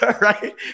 Right